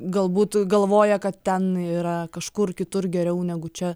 galbūt galvoja kad ten yra kažkur kitur geriau negu čia